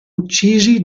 uccisi